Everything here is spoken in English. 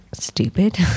stupid